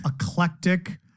eclectic